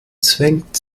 zwängt